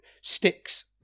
sticks